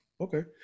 Okay